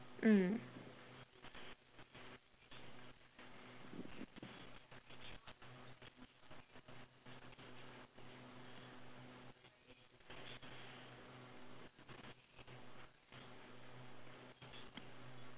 mm